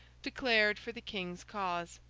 declared for the king's cause.